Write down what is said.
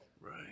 right